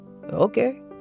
Okay